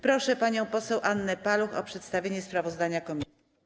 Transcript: Proszę panią poseł Annę Paluch o przedstawienie sprawozdania komisji.